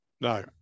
No